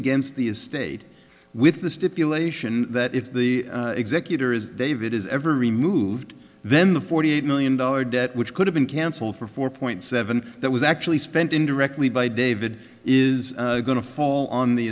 against the estate with the stipulation that if the executor is david is ever removed then the forty eight million dollar debt which could have been cancelled for four point seven that was actually spent indirectly by david is going to fall on the